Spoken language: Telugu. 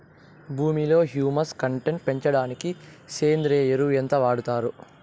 భూమిలో హ్యూమస్ కంటెంట్ పెంచడానికి సేంద్రియ ఎరువు ఎంత వాడుతారు